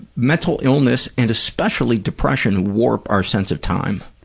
mental illness and especially depression warp our sense of time.